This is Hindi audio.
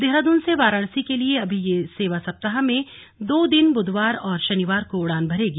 देहरादून से वाराणसी के लिए अभी यह सेवा सप्ताह में दो दिन बुधवार और शनिवार को उड़ान भरेगी